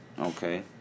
Okay